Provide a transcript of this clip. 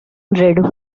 red